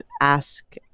ask